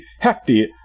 hefty